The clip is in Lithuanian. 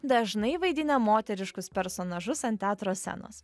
dažnai vaidinę moteriškus personažus ant teatro scenos